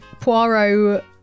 Poirot